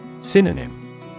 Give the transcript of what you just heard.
Synonym